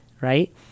right